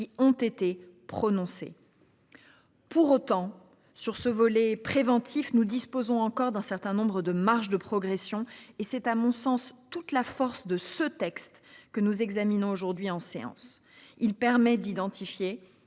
qui ont été prononcées. Pour autant sur ce volet préventif. Nous disposons encore d'un certain nombre de marge de progression et c'est à mon sens toute la force de ce texte que nous examinons aujourd'hui en séance. Il permet d'identifier